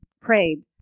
prayed